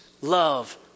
love